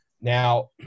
Now